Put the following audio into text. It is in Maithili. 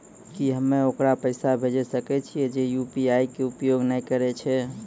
की हम्मय ओकरा पैसा भेजै सकय छियै जे यु.पी.आई के उपयोग नए करे छै?